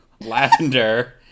Lavender